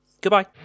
Goodbye